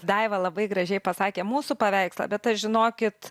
daiva labai gražiai pasakė mūsų paveikslą bet aš žinokit